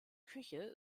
küche